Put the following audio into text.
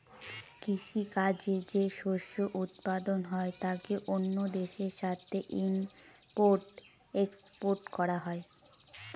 কৃষি কাজে যে শস্য উৎপাদন হয় তাকে অন্য দেশের সাথে ইম্পোর্ট এক্সপোর্ট করা হয়